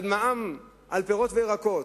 על מע"מ על פירות וירקות.